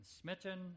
smitten